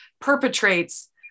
perpetrates